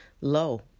low